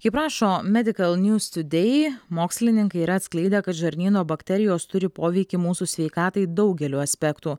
kaip rašo medikal niūs tiudei mokslininkai yra atskleidę kad žarnyno bakterijos turi poveikį mūsų sveikatai daugeliu aspektų